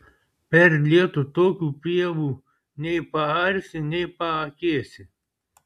per lietų tokių pievų nei paarsi nei paakėsi